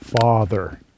father